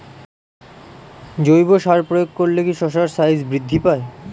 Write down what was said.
জৈব সার প্রয়োগ করলে কি শশার সাইজ বৃদ্ধি পায়?